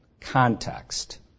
context